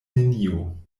nenio